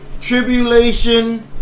tribulation